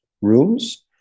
rooms